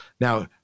Now